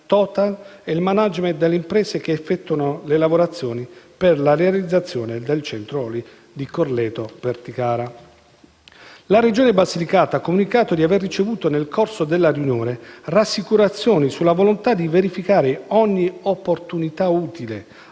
La Regione Basilicata ha comunicato di aver ricevuto, nel corso della riunione, rassicurazioni sulla volontà di verificare ogni opportunità utile